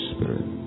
Spirit